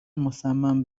مصمم